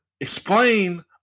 Explain